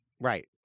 right